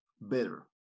better